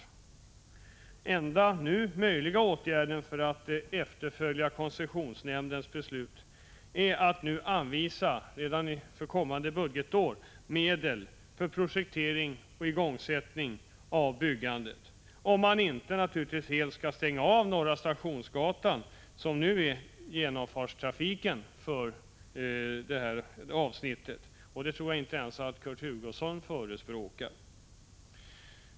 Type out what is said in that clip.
Den enda nu möjliga åtgärden för att efterfölja koncessionsnämndens beslut är att redan för kommande budgetår anvisa medel för projektering och igångsättning av byggandet — om man inte helt skall stänga av Norra Stationsgatan, som nu har genomfartstrafiken för detta avsnitt. Och det tror jag inte att ens Kurt Hugosson förespråkar.